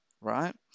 right